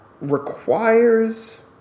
requires